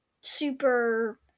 super